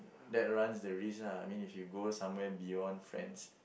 that runs the risk lah I mean if you go somewhere beyond friends